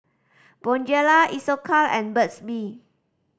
Bonjela Isocal and Burt's Bee